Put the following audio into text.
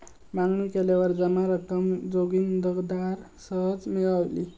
मागणी केल्यावर जमा रक्कम जोगिंदराक सहज मिळाली